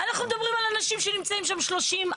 אנחנו מדברים על אנשים שנמצאים שם 30,